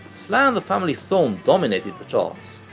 sly and the family stone dominated the charts.